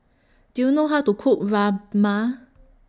Do YOU know How to Cook Rajma